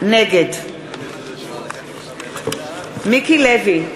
נגד מיקי לוי,